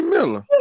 Miller